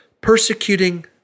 persecuting